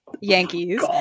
Yankees